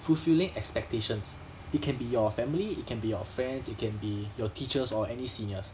fulfilling expectations it can be your family it can be your friends it can be your teachers or any seniors